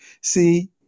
see